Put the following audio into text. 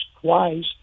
twice